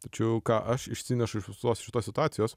tačiau ką aš išsinešu iš visos šitos situacijos